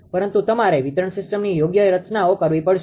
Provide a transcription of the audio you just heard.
પરંતુ તમારે વિતરણ સીસ્ટમની યોગ્ય રચના કરવી પડશે